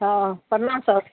हँ परनाम सर